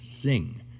Sing